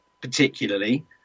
particularly